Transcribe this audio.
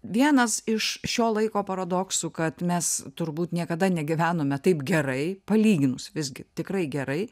vienas iš šio laiko paradoksų kad mes turbūt niekada negyvenome taip gerai palyginus visgi tikrai gerai